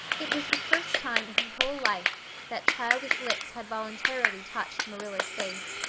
it was the first time in her whole life that childish lips had voluntarily touched marilla's face.